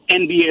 NBA